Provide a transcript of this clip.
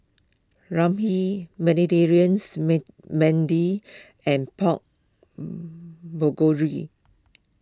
Ramyeon Mediterraneans and Pork